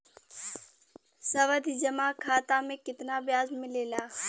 सावधि जमा खाता मे कितना ब्याज मिले ला?